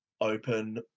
open